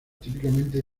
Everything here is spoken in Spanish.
típicamente